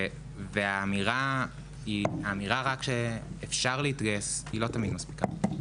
האמירה שאפשר להתגייס לא תמיד מספיקה.